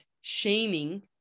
shaming